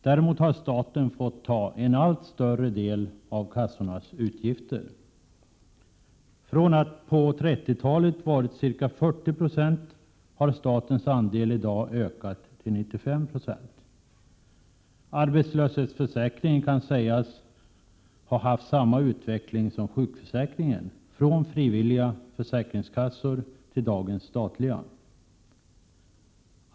Däremot har staten fått ta en allt större del av kassornas utgifter. Från att på 30-talet varit ca 40 96 har statens andel i dag ökat till 95 960. Arbetslöshetsförsäkringen kan sägas ha haft samma utveckling som sjukförsäkringen, från frivilliga försäkringskassor till dagens statliga.